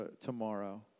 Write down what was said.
tomorrow